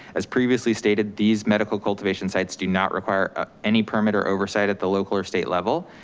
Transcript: as previously stated, these medical cultivation sites do not require any permit or oversight at the local or state level.